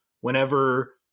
whenever